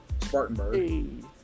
Spartanburg